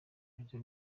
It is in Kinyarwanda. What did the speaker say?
bajya